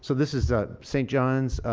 so this is ah st. john's,